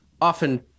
often